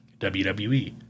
wwe